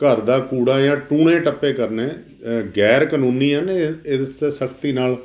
ਘਰ ਦਾ ਕੂੜਾ ਜਾਂ ਟੂਣੇ ਟੱਪੇ ਕਰਨੇ ਗੈਰ ਕਾਨੂੰਨੀ ਹਨ ਇਹ ਇਹ ਸਖਤੀ ਨਾਲ